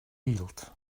healed